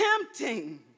tempting